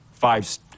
five